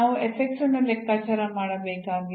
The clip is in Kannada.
ನಾವು ಅನ್ನು ಲೆಕ್ಕಾಚಾರ ಮಾಡಬೇಕಾಗಿದೆ